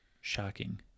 Shocking